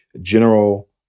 general